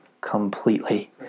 completely